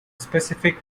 specific